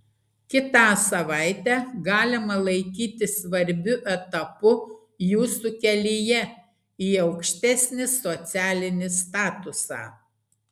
kitą savaitę galima laikyti svarbiu etapu jūsų kelyje į aukštesnį socialinį statusą